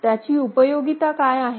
त्याची उपयोगिता काय आहे